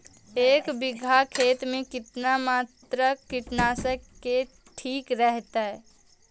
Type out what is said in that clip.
एक बीघा खेत में कितना मात्रा कीटनाशक के ठिक रहतय?